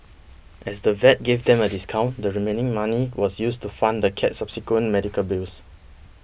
as the vet gave them a discount the remaining money was used to fund the cat's subsequent medical bills